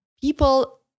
people